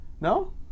No